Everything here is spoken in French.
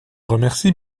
remercie